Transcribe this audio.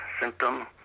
symptom